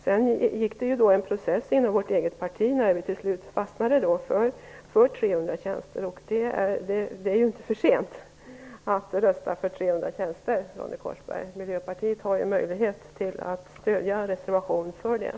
Sedan var det en process inom vårt eget parti innan vi slutligen fastnade för 300 tjänster. Det är ju inte för sent att rösta för 300 tjänster, Ronny Korsberg. Miljöpartiet har möjlighet att stödja reservationen om det.